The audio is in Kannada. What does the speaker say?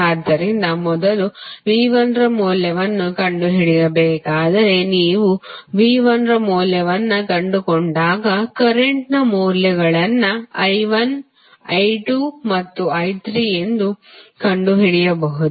ಆದ್ದರಿಂದ ಮೊದಲು V1 ಮೌಲ್ಯವನ್ನು ಕಂಡುಹಿಡಿಯಬೇಕಾದರೆ ನೀವು V1 ಮೌಲ್ಯವನ್ನು ಕಂಡುಕೊಂಡಾಗ ಕರೆಂಟ್ ನ ಮೌಲ್ಯಗಳನ್ನು I1 I2 ಮತ್ತು I3 ಎಂದು ಕಂಡುಹಿಡಿಯಬಹುದು